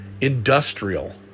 industrial